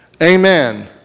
Amen